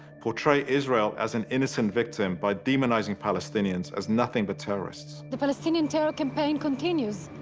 portray israel as an innocent victim by demonizing palestinians as nothing but terrorists. the palestinian terror campaign continues.